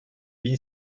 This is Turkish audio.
bin